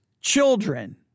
children